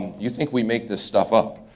you think we make this stuff up.